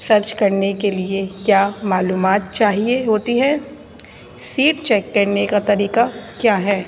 search کرنے کے لیے کیا معلومات چاہیے ہوتی ہے سیٹ چیک کرنے کا طریقہ کیا ہے